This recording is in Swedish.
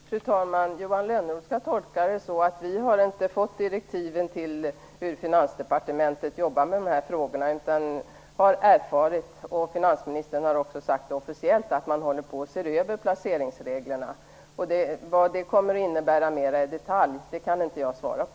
Fru talman! Johan Lönnroth skall tolka det så att utskottet inte har fått direktiven till hur Finansdepartementet jobbar med dessa frågor. Utskottet har erfarit, och finansministern har också officiellt sagt, att man håller på att se över placeringsreglerna. Vad detta kommer att innebära mer i detalj kan jag inte svara på.